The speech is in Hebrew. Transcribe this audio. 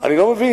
אני לא מבין,